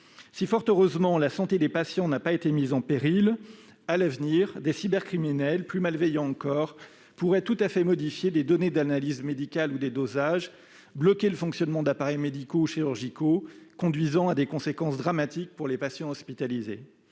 Si, fort heureusement, la santé des patients n'a pas été mise en péril, à l'avenir, des cybercriminels, plus malveillants encore, pourraient tout à fait modifier des données d'analyse médicale ou des dosages, bloquer le fonctionnement d'appareils médicaux ou chirurgicaux, ce qui entraînerait des conséquences dramatiques pour les patients hospitalisés.